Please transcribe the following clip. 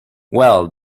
well